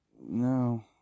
No